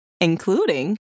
including